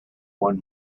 one